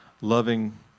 loving